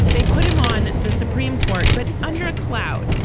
they put him on the supreme court, but under a cloud,